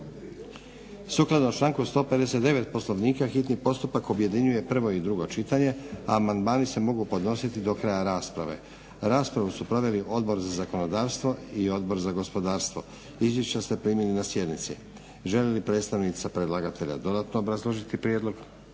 Sukladno članku 159. Poslovnika hitni postupak objedinjuje prvo i drugo čitanje, a amandmani se mogu podnositi do kraja rasprave. raspravu su proveli Odbor za zakonodavstvo, Odbor za gospodarstvo. Izvješća ste primili na sjednici. Želi li predstavnica predlagatelja dodatno obrazložiti prijedlog?